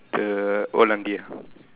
the old aunty ah